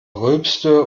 rülpste